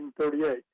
1938